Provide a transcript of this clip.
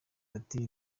ati